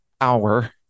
hour